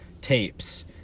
tapes